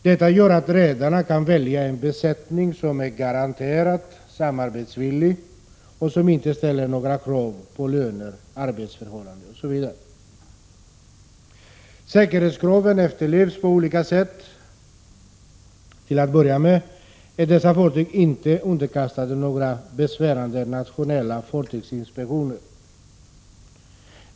Detta gör att redarna kan välja en besättning som är garanterat samarbetsvillig och som inte ställer några krav på löner, arbetsförhållanden, m.m. Säkerhetskraven efterlevs på olika sätt. Till att börja med är dessa fartyg inte underkastade några besvärande nationella fartygsinspektioner.